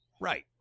Right